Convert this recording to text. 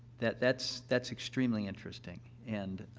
that that's that's extremely interesting. and,